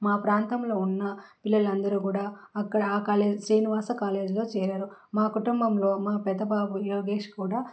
మా ప్రాంతంలో ఉన్న పిల్లలందరు కూడా అక్కడ ఆ కాలేజ్ శ్రీనివాస కాలేజ్లో చేరారు మా కుటుంబంలో మా పెద్దబాబు యోగేష్ కూడా